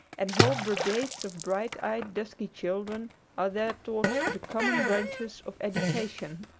and whole brigades of bright-eyed dusky children are there taught the common branches of education.